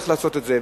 איך לעשות את זה.